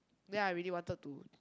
then I really wanted to